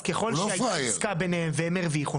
אז ככל שהייתה עסקה ביניהם והם הרוויחו,